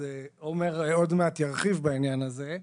עומר עוד מעט ירחיב בעניין הזה.